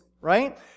right